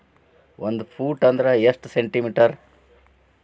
ಒಂದು ಫೂಟ್ ಅಂದ್ರ ಎಷ್ಟು ಸೆಂಟಿ ಮೇಟರ್?